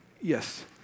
Yes